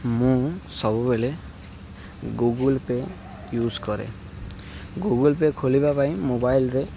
ମୁଁ ସବୁବେଳେ Google Pay use କରେ ଗୁଗୁଲ୍ ପେ ଖୋଲିବା ପାଇଁ ମୋବାଇଲ୍ରେ